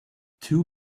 two